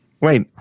Wait